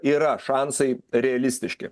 yra šansai realistiški